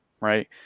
right